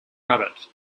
rabbit